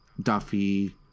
duffy